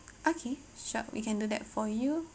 okay sure we can do that for you